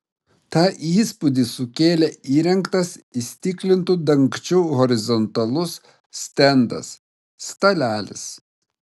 tą įspūdį sukėlė įrengtas įstiklintu dangčiu horizontalus stendas stalelis